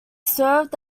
served